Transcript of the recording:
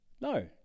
No